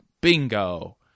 bingo